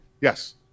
Yes